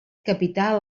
capital